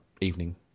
evening